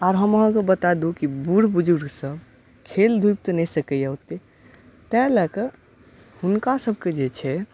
आब हम आहाँकेॅं बताय दू कि बुढ बुजुर्ग सब खेल धुपि तऽ नहि सकैया ओतेक तैं लए कऽ हुनका सब कऽ जे छै